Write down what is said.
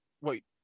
wait